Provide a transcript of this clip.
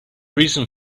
reason